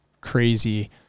crazy